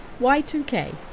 Y2K